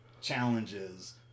challenges